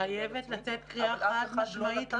חייבת לצאת קריאה חד-משמעית.